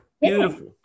beautiful